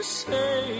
say